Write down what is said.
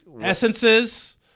Essences